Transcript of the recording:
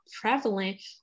prevalent